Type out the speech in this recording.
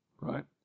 right